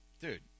dude